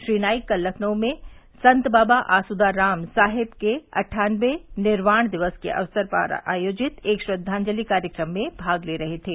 श्री नाईक कल लखनऊ में संत बाबा आसुदाराम साहेब के अट्ठानवें निर्वाण दिवस के अवसर पर आयोजित एक श्रद्वाजलिं कार्यक्रम में भाग ले रहे थे